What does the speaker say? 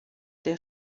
der